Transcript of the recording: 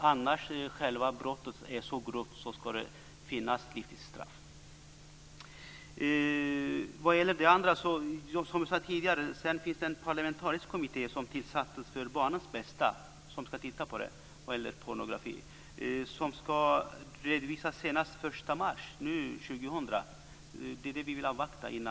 Men om brottet är så grovt ska det finnas livstidsstraff. När det gäller det andra så finns det en parlamentarisk kommitté som tillsattes för barnens bästa som ska se över detta med pornografin. Den kommittén ska redovisa sitt arbete senast den 1 mars 2000. Vi vill avvakta detta.